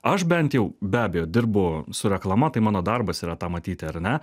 aš bent jau be abejo dirbu su reklama tai mano darbas yra tą matyti ar ne